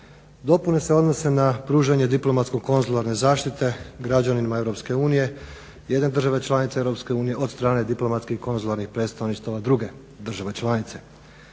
Dopune se odnose na pružanje diplomatsko konzularne zaštite građanima Europske unije jedne države članice Europske unije od strane diplomatskih konzularnih predstavništava druge države članice.